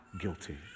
guilty